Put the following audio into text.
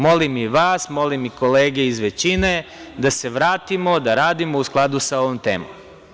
Molim i vas, molim i kolege iz većine da se vratimo, da radimo u skladu sa ovom temom.